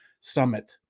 summit